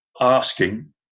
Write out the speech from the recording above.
asking